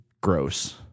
gross